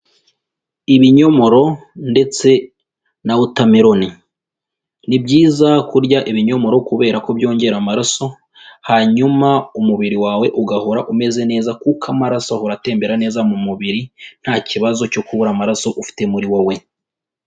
Ibinyomoro ndetse na watermelon. Ni byiza kurya ibinyomoro kubera ko byongera amaraso, hanyuma umubiri wawe ugahora umeze neza, kuko amaraso ahora atembera neza mu mubiri, nta kibazo cyo kubura amaraso ufite muri wowe.